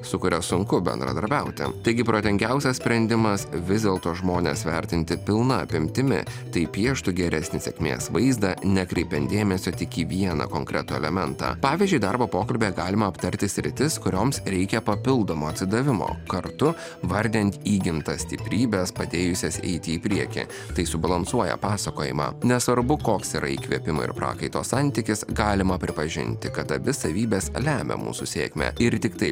su kuria sunku bendradarbiauti taigi protingiausias sprendimas vis dėlto žmones vertinti pilna apimtimi tai pieštų geresnį sėkmės vaizdą nekreipiant dėmesio tik į vieną konkretų elementą pavyzdžiui darbo pokalbyje galima aptarti sritis kurioms reikia papildomo atsidavimo kartu vardint įgimtas stiprybes padėjusias eiti į priekį tai subalansuoja pasakojimą nesvarbu koks yra įkvėpimo ir prakaito santykis galima pripažinti kad abi savybės lemia mūsų sėkmę ir tiktai